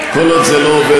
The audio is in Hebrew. כל עוד זה לא עובר